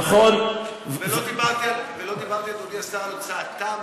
ולא דיברתי, אדוני השר, על הוצאתן